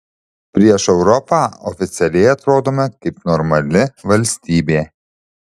prieš europą oficialiai atrodome kaip normali valstybė